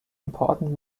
important